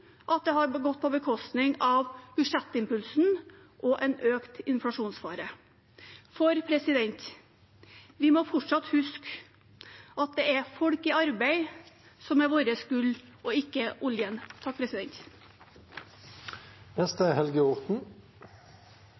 at det har gått på bekostning av budsjettimpulsen og ført til en økt inflasjonsfare. Vi må fortsatt huske at det er folk i arbeid som er vårt gull, ikke oljen.